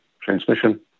transmission